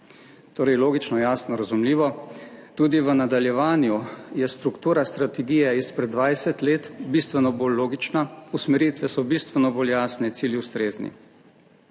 Torej logično, jasno, razumljivo. Tudi v nadaljevanju je struktura strategije izpred 20 let bistveno bolj logična, usmeritve so bistveno bolj jasne, cilji ustrezni.